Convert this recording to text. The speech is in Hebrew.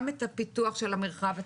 גם את הפיתוח של המרחב הציבורי,